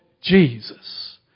Jesus